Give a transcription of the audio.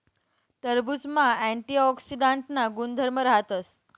टरबुजमा अँटीऑक्सीडांटना गुणधर्म राहतस